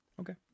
Okay